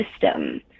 system